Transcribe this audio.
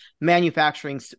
manufacturing